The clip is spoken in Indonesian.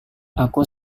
aku